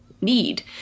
need